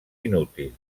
inútil